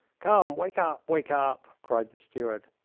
come, wake up, wake up! cried the steward.